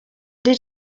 did